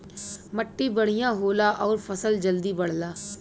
मट्टी बढ़िया होला आउर फसल जल्दी बढ़ला